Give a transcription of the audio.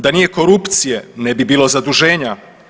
Da nije korupcije ne bi bilo zaduženja.